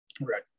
Right